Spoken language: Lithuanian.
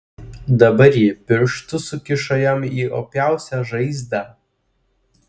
dabar ji pirštus sukišo jam į opiausią žaizdą